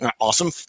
awesome